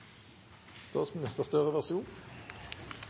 statsminister Støre